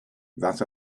that